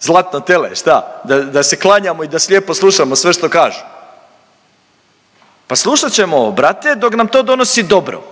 zlatno tele, šta, da se klanjamo i da slijepo slušamo sve što kažu. Pa slušat ćemo brate dok nam to donosi dobro,